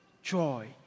Joy